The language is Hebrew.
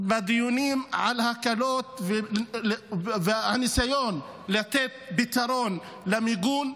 בדיונים על ההקלות והניסיון לתת פתרון למיגון,